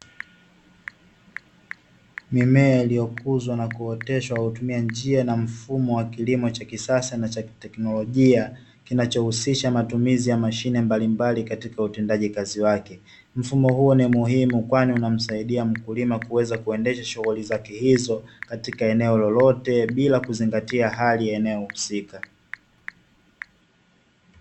Mimea iliyokuzwa na kuoteshwa kinachohusisha mkulima kuendesha sehemu yeyote ile shughuli zake za kilimo bila kuzingatia eneo husika